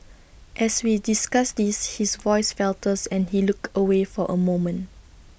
as we discuss this his voice falters and he looks away for A moment